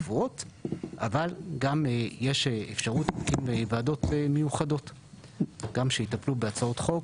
הקבועות אבל גם יש אפשרות להוסיף ועדות מיוחדות שיטפלו בהצעות חוק.